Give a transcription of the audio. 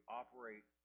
operate